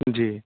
جی